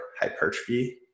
hypertrophy